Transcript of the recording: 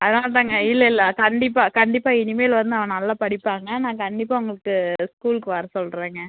அதனால் தான்ங்க இல்லை இல்லை கண்டிப்பாக கண்டிப்பாக இனிமேல் வந்து அவன் நல்லா படிப்பாங்க நான் கண்டிப்பாக உங்களுக்கு ஸ்கூலுக்கு வர சொல்கிறேங்க